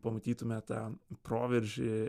pamatytume tą proveržį